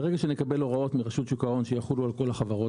ברגע שנקבל הוראות מרשות שוק ההון שיחולו על כל החברות,